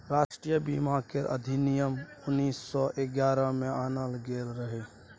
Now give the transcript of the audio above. राष्ट्रीय बीमा केर अधिनियम उन्नीस सौ ग्यारह में आनल गेल रहे